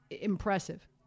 impressive